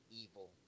evil